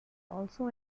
also